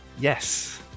Yes